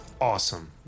Awesome